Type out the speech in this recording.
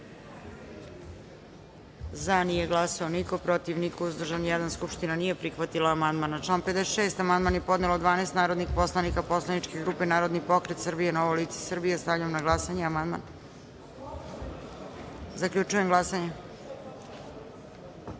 – nije glasao niko, protiv – niko, uzdržan – jedan. Skupština nije prihvatila amandman. Na član 61. amandman je podnelo 12 narodnih poslanika poslaničke grupe Narodni pokret Srbije – Novo lice Srbije. Stavljam na glasanje amandman. Zaključujem glasanje: